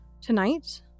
Tonight